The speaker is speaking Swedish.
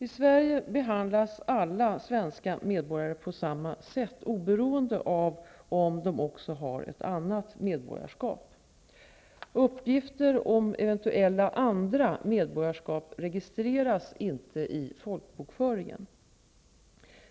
I Sverige behandlas alla svenska medborgare på samma sätt, oberoende av om de också har ett annat medborgarskap. Uppgifter om eventuella andra medborgarskap registreras inte i folkbokföringen.